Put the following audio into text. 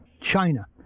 China